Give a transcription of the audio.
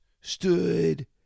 stood